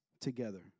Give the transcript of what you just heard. together